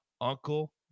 Uncle